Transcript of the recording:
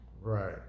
Right